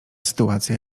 sytuacja